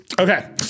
Okay